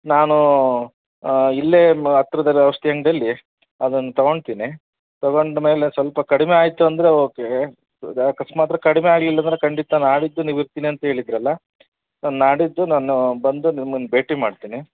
ನಾನು ಇಲ್ಲೇ ಹತ್ರದಲ್ಲಿರೋ ಔಷಧಿ ಅಂಗಡಿಯಲ್ಲಿ ಅದನ್ನು ತೊಗೊತೀನಿ ತೊಗೊಂಡು ಮೇಲೆ ಸ್ವಲ್ಪ ಕಡಿಮೆ ಆಯಿತು ಅಂದರೆ ಓಕೆ ಅಕಸ್ಮಾತ್ ಕಡಿಮೆ ಆಗಲಿಲ್ಲ ಅಂದರೆ ಖಂಡಿತ ನಾಡಿದ್ದು ನೀವು ಇರ್ತಿನಿ ಅಂತ ಹೇಳಿದ್ರಲ್ಲ ಸೊ ನಾಡಿದ್ದು ನಾನು ಬಂದು ನಿಮ್ಮನ್ನು ಭೇಟಿ ಮಾಡ್ತೀನಿ